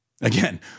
Again